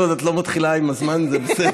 כל עוד את לא מתחילה עם הזמן, זה בסדר.